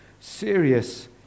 serious